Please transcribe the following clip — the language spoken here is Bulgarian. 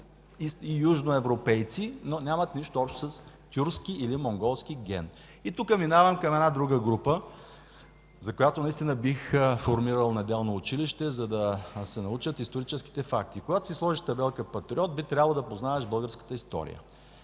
и южноевропейци, но нямат нищо общо с тюркски или монголски ген. И тук минавам към една друга група, за която наистина бих формирал Неделно училище, за да си научат историческите факти. Когато си сложиш табелка „патриот”, би трябвало да познаваш българската история.